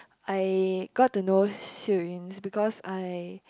I got to know Xiu-Yun is because I